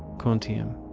quantium.